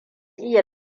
iya